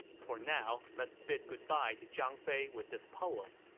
for now, let's bid goodbye to zhang fei with this poem